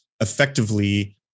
effectively